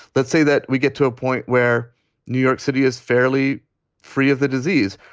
let's say that we get to a point where new york city is fairly free of the disease.